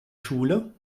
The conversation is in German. schule